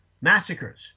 massacres